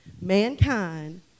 mankind